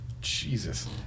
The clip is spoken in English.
Jesus